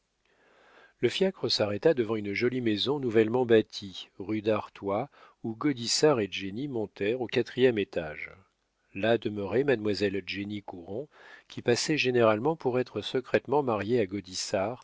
le fiacre s'arrêta devant une jolie maison nouvellement bâtie rue d'artois où gaudissart et jenny montèrent au quatrième étage là demeurait mademoiselle jenny courand qui passait généralement pour être secrètement mariée à